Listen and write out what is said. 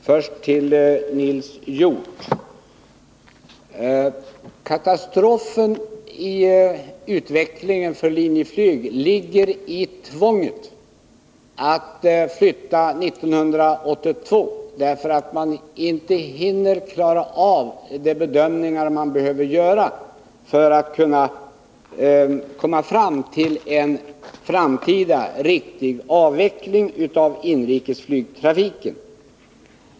Först vill jag säga till Nils Hjorth att katastrofen i utvecklingen för Linjeflyg ligger i tvånget att flytta 1982, därför att man inte hinner klara av de bedömningar man behöver göra för att kunna åstadkomma en framtida riktig avveckling av inrikesflygtrafiken.